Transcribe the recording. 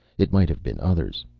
it might have been others.